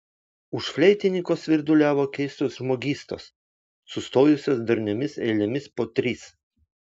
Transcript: už fleitininko svirduliavo keistos žmogystos sustojusios darniomis eilėmis po tris